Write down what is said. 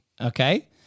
Okay